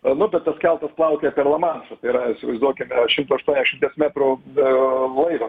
nu bet tas keltas plaukia per lamanšą tai yra įsivaizduokite šimto aštuoniasdešimt metrų laivas